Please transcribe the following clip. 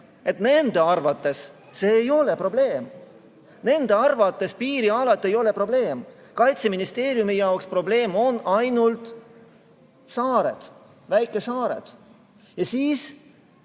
et nende arvates see ei ole probleem, nende arvates piirialad ei ole probleem, Kaitseministeeriumi jaoks on probleem ainult saared, väikesaared. Ja siis